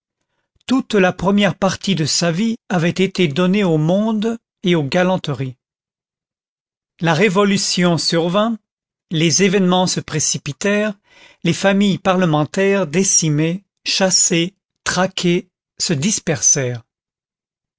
toute la première partie de sa vie avait été donnée au monde et aux galanteries la révolution survint les événements se précipitèrent les familles parlementaires décimées chassées traquées se